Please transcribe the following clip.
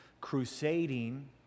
crusading